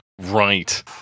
right